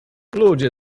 ludzie